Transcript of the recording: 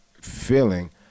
feeling